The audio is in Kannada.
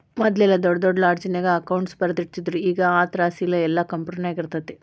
ಮದ್ಲೆಲ್ಲಾ ದೊಡ್ ದೊಡ್ ಲೆಡ್ಜರ್ನ್ಯಾಗ ಅಕೌಂಟ್ಸ್ ಬರ್ದಿಟ್ಟಿರ್ತಿದ್ರು ಈಗ್ ಆ ತ್ರಾಸಿಲ್ಲಾ ಯೆಲ್ಲಾ ಕ್ಂಪ್ಯುಟರ್ನ್ಯಾಗಿರ್ತೆತಿ